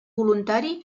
voluntari